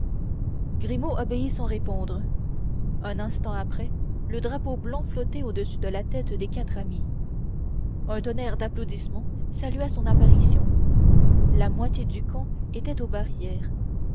obéit sans répondre un instant après le drapeau blanc flottait au-dessus de la tête des quatre amis un tonnerre d'applaudissements salua son apparition la moitié du camp était aux barrières